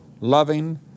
loving